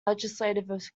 legislative